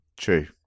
True